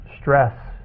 stress